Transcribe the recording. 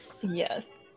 Yes